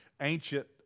ancient